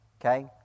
okay